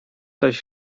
coś